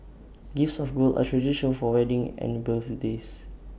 gifts of gold are traditional for weddings and birthday